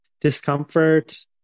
discomfort